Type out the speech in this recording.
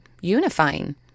unifying